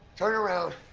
turn around.